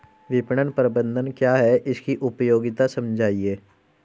विपणन प्रबंधन क्या है इसकी उपयोगिता समझाइए?